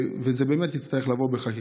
אבל זה באמת יצטרך לבוא בחקיקה.